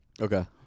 Okay